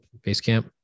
Basecamp